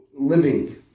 living